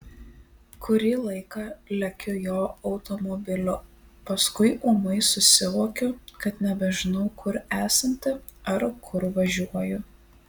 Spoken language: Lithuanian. kurį laiką lekiu jo automobiliu paskui ūmai susivokiu kad nebežinau kur esanti ar kur važiuoju